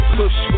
push